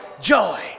joy